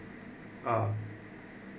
uh